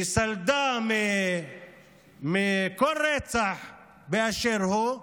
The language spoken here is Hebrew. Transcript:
בגלל שסלדה מכל רצח באשר הוא,